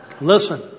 listen